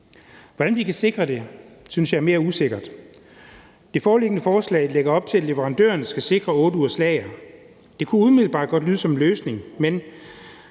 Hvordan vi kan sikre det, synes jeg er mere usikkert. Det foreliggende forslag lægger op til, at leverandørerne skal sikre en lagerbeholdning til 8 uger. Det kan umiddelbart godt lyde som en løsning, men